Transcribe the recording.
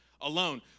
alone